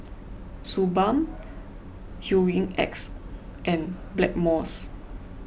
Suu Balm Hygin X and Blackmores